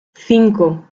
cinco